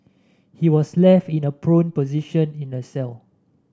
he was left in a prone position in the cell